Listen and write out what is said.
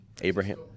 Abraham